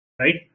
right